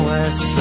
West